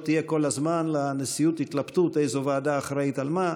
תהיה כל הזמן לנשיאות התלבטות איזו ועדה אחראית למה,